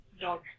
Dog